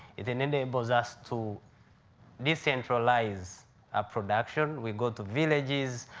it enables us to decentralize our production. we go to villages.